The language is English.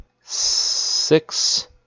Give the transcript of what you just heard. six